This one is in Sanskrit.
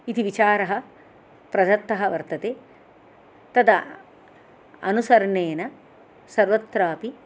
इति विचारः प्रदत्तः वर्तते तदा अनुसरणेन सर्वत्रापि